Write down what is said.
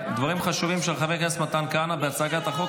דברים חשובים של חבר הכנסת מתן כהנא בהצגת החוק,